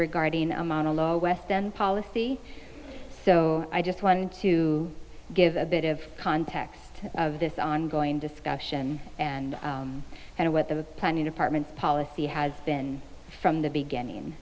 regarding a monologue west end policy so i just wanted to give a bit of context of this ongoing discussion and and what the planning department policy has been from the beginning